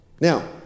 Now